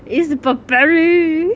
it's burberry